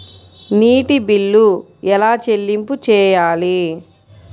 నీటి బిల్లు ఎలా చెల్లింపు చేయాలి?